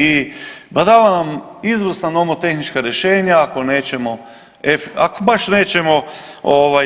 I badava vam izvrsna nomotehnička rješenja, ako nećemo, ako baš nećemo